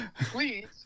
please